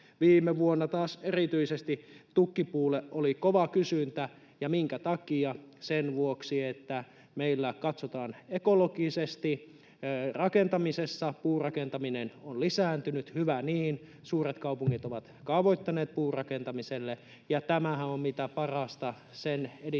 Viime vuonna taas erityisesti tukkipuulle oli kova kysyntä, ja minkä takia? Sen vuoksi, että meillä katsotaan ekologisesti rakentamisessa; puurakentaminen on lisääntynyt, hyvä niin, suuret kaupungit ovat kaavoittaneet puurakentamiselle. Tämähän on mitä parasta sen edistämiseksi,